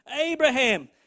Abraham